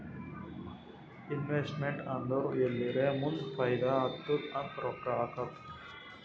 investment ಅಂದುರ್ ಎಲ್ಲಿರೇ ಮುಂದ್ ಫೈದಾ ಆತ್ತುದ್ ಅಂತ್ ರೊಕ್ಕಾ ಹಾಕದ್